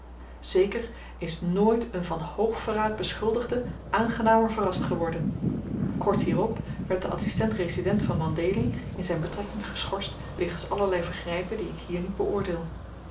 zeker is nooit een van hoogverraad beschuldigde aangenamer verrast geworden kort hierop werd de adsistent resident van mandhéling in zyn betrekking geschorst wegens allerlei vergrypen die ik hier niet beoordeel